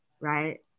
right